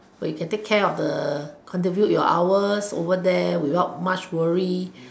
or you can take care of the contribute your hours over there without much worry